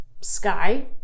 sky